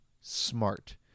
smart